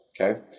Okay